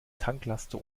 tanklaster